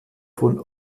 von